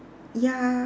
ya